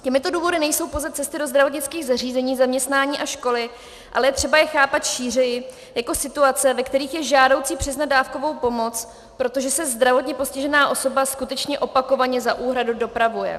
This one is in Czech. Těmito důvody nejsou pouze cesty do zdravotnických zařízení, zaměstnání a školy, ale je třeba je chápat šířeji jako situace, ve kterých je žádoucí přiznat dávkovou pomoc, protože se zdravotně postižená osoba skutečně opakovaně za úhradu dopravuje.